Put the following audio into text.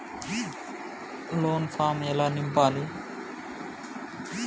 Loan form ఎలా నింపాలి?